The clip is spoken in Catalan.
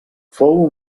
fou